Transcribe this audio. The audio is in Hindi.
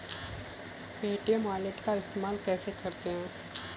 पे.टी.एम वॉलेट का इस्तेमाल कैसे करते हैं?